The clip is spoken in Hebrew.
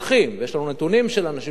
יש לנו נתונים של אנשים שלקחו,